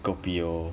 kopi O